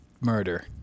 murder